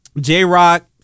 J-Rock